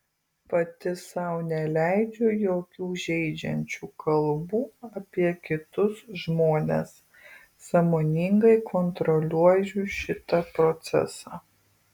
pati sau neleidžiu jokių žeidžiančių kalbų apie kitus žmones sąmoningai kontroliuoju šitą procesą